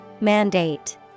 Mandate